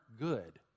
good